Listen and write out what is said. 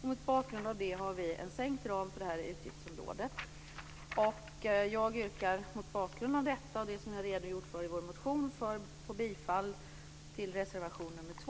Mot bakgrund härav vill vi minska ramen för detta utgiftsområde. Med tanke på det och det som vi har redogjort för i vår motion yrkar jag bifall till reservation nr 2.